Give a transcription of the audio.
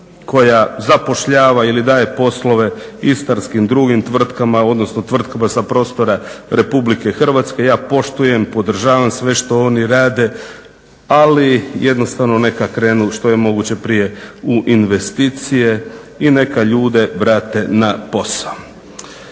koja zapošljava ili daje poslove istarskim drugim tvrtkama, odnosno tvrtkama sa prostora Republike Hrvatske. Ja poštujem, podržavam sve što oni rade. Ali jednostavno neka krenu što je moguće prije u investicije i neka ljude vrate na posao.